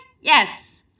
Yes